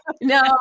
no